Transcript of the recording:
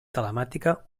telemàtica